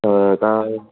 तव्हांखे